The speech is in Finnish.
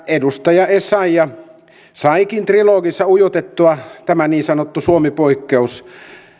edustaja essayah saikin trilogissa ujutettua sinne tämän niin sanotun suomi poikkeuksen